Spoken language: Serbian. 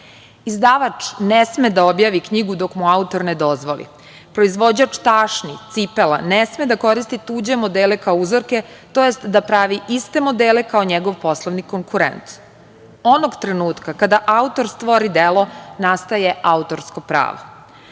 dobra. Izdavač ne sme da objavi knjigu dok mu autor ne dozvoli. Proizvođač tašni, cipela ne sme da koristi tuđe modele kao uzorke, tj. da pravi iste modele kao njegov poslovni konkurent. Onog trenutka kada autor stvori delo nastaje autorsko pravo.